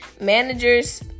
Managers